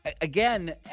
Again